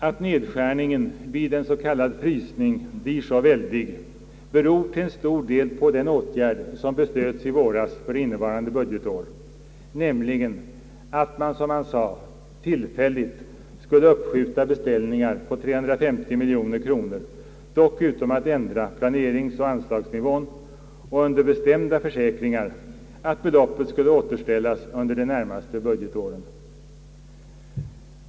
Att nedskärningen vid en s.k. frysning blir så väldig beror till en stor del på den åtgärd som beslöts i våras för innevarande budgetår, nämligen att man, som man sade, tillfälligt skulle uppskjuta beställningar på 350 miljoner, dock utan att ändra planeringsoch anslagsnivån, och under bestämda försäkringar, att beloppet skulle återställas under de närmaste budgetåren.